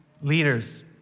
leaders